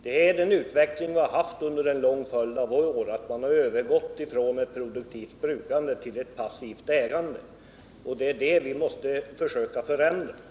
Det är den utveckling vi haft under en lång följd av år. Man har övergått från ett produktivt brukande till ett passivt ägande. Det är det vi måste försöka förändra.